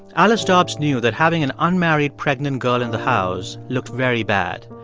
alice dobbs knew that having an unmarried pregnant girl in the house looked very bad.